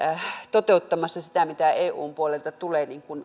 toteuttamassa sitä mihin eun puolelta tulee